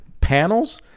panels